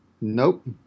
Nope